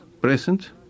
present